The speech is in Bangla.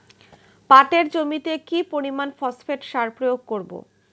পাটের জমিতে কি পরিমান ফসফেট সার প্রয়োগ করব?